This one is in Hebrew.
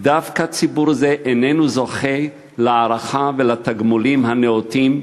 דווקא ציבור זה איננו זוכה להערכה ולתגמולים הנאותים,